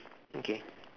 okay